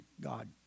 God